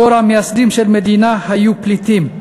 דור המייסדים של המדינה היו פליטים,